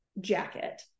jacket